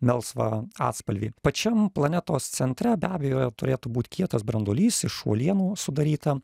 melsvą atspalvį pačiam planetos centre be abejo yra turėtų būt kietas branduolys iš uolienų sudaryta